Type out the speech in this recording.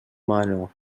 mano